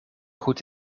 goed